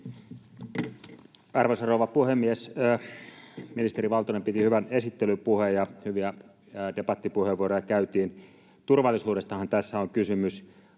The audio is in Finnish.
Arvoisa rouva puhemies! Ministeri Valtonen piti hyvän esittelypuheen, ja hyviä debattipuheenvuoroja käytiin. Turvallisuudestahan tässä on kysymys.